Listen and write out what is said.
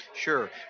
Sure